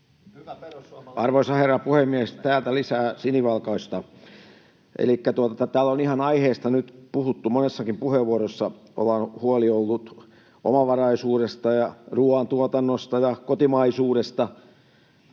Arvoisa herra puhemies! Täältä lisää sinivalkoista. Elikkä täällä on ihan aiheesta nyt puhuttu, monessakin puheenvuorossa on huoli ollut, omavaraisuudesta ja ruuantuotannosta ja kotimaisuudesta.